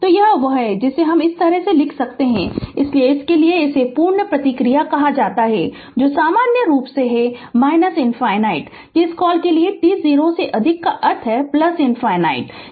तो यह वह है जिसे इस तरह से लिखा जा सकता है इसलिए इसके लिए इसे पूर्ण प्रतिक्रिया कहा जाता है जो सामान्य रूप से है ∞ किस कॉल के लिए t 0 से अधिक का अर्थ ∞ है